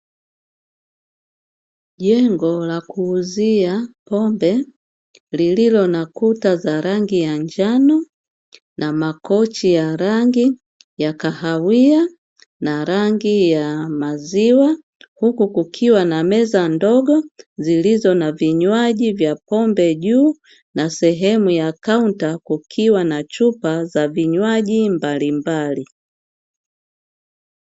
Jengo la kuuzia pombe lililo na kuta za rangi ya njano na makochi ya rangi ya kahawia na rangi ya maziwa, huku kukiwa na meza ndogo zilizo na vinywaji vya pombe juu, na sehemu ya kaunta kukiwa na chupa za vinywaji mbalimbali.